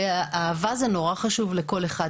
ואהבה זה נורא חשוב לכל אחד,